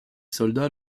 soldat